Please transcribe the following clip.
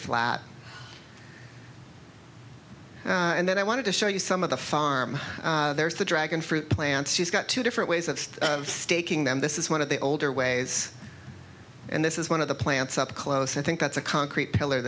flat and then i wanted to show you some of the farm there's the dragon fruit plants you've got two different ways of staking them this is one of the older ways and this is one of the plants up close i think that's a concrete pillar